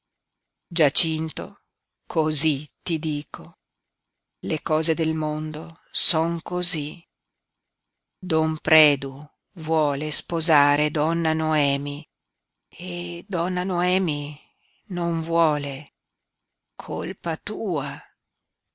giacinto cosí ti dico le cose del mondo son cosí don predu vuole sposare donna noemi e donna noemi non vuole colpa tua